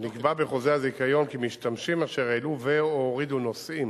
נקבע בחוזה הזיכיון כי משתמשים אשר העלו ו/או הורידו נוסעים